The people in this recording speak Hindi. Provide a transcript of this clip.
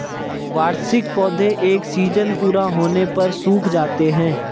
वार्षिक पौधे एक सीज़न पूरा होने पर सूख जाते हैं